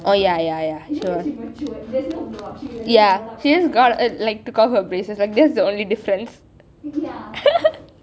oh ya ya ya she just she just took off like her braces that is the only difference